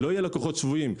שלא יהיו לקוחות שבויים.